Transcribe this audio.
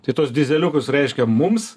tai tuos dyzeliukus reiškia mums